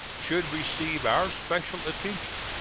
should receive our special attention.